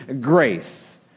grace